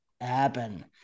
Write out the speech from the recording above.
happen